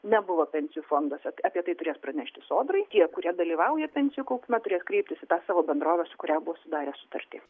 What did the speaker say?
nebuvo pensijų fonduose apie tai turės pranešti sodrai tie kurie dalyvauja pensijų kaupime turės kreiptis į tą savo bendrovę su kuria buvo sudarę sutartį